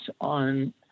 on